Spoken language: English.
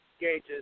gauges